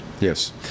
yes